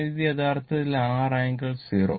അതിനാൽ ഇത് യഥാർത്ഥത്തിൽ R ആംഗിൾ 0